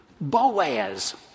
Boaz